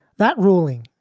that ruling,